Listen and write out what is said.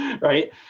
right